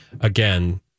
Again